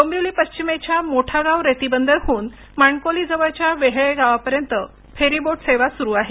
डोंबिवली पश्चिमेच्या मोठागाव रेतीबंदरहून माणकोली जवळच्या वेहेळे गावापर्यंत फेरीबोट सेवा सुरू आहे